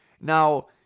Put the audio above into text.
Now